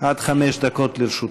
עד חמש דקות לרשותך.